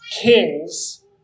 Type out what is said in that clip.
kings